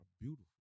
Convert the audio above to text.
beautiful